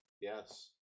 Yes